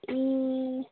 ए